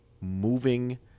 moving